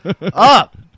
up